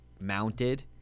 mounted